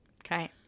Okay